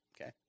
Okay